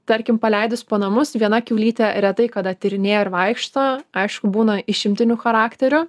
tarkim paleidus po namus viena kiaulytė retai kada tyrinėja ir vaikšto aišku būna išimtinių charakterių